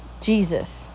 Jesus